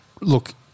look